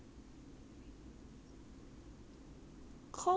cause hers is not as curly as yours to begin with right